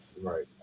Right